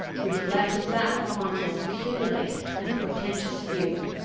reflected back upon this accumulated and portentous feud.